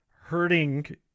hurting